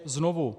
Znovu.